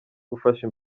gufasha